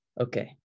Okay